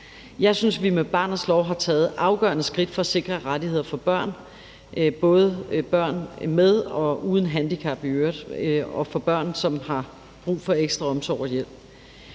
Jeg synes, vi med barnets lov har taget afgørende skridt for at sikre rettigheder for børn, både børn med og uden handicap i øvrigt, og børn, som har brug for ekstra omsorg og hjælp.